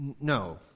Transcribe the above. No